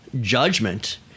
judgment